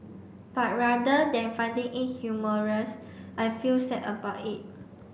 but rather than finding it humorous I feel sad about it